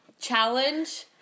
challenge